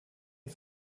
und